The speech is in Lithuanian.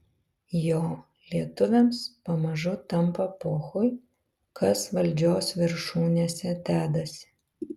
jo lietuviams pamažu tampa pochui kas valdžios viršūnėse dedasi